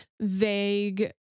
vague